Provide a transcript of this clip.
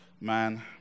man